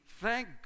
thank